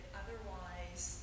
otherwise